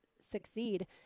succeed